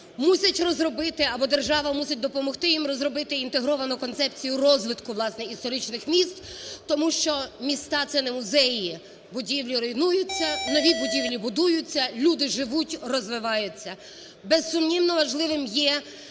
держава мусить допомоги їм розробити, інтегровану концепцію розвитку, власне, історичних міст, тому що міста – це не музеї. Будівлі руйнуються, нові будівлі будуються, люди живуть, розвиваються.